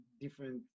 different